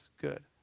good